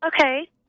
Okay